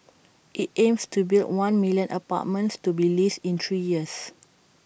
IT aims to build one million apartments to be leased in three years